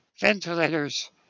ventilators